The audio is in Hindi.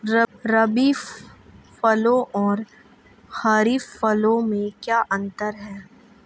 रबी फसलों और खरीफ फसलों में क्या अंतर है?